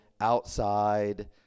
outside